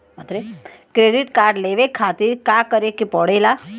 Credit card लेवे खातिर का करे के पड़ेला?